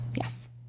yes